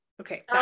okay